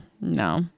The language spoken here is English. no